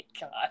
God